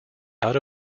out